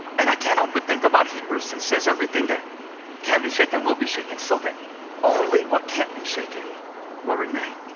and i can't but think about hebrews that says everything that can be shaken will be shaken so that only what can't be shaken will remain.